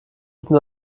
sind